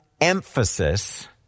emphasis